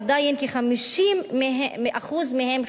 עדיין כ-50% מהן,